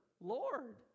Lord